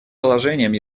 положением